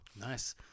Nice